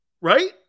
Right